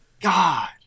God